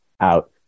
out